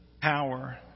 power